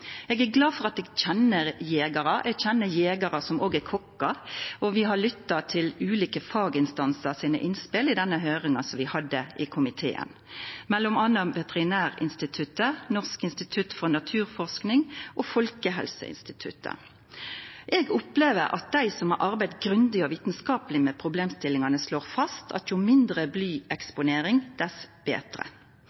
Eg er glad for at eg kjenner jegerar – eg kjenner jegerar som òg er kokkar – og vi har lytta til innspel frå ulike faginstansar i den høyringa som vi hadde i komiteen, m.a. Veterinærinstituttet, Norsk institutt for naturforskning og Folkehelseinstituttet. Eg opplever at dei som har arbeidd grundig og vitskapeleg med problemstillingane, slår fast at jo mindre